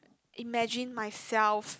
imagine myself